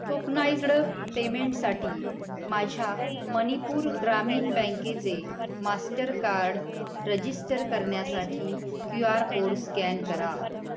tokenised पेमेंटसाठी माझ्या मणिपूर ग्रामीन बँकेचे मास्टरकार्ड रजिस्टर करण्यासाठी क्यू आर कोड स्कॅन करा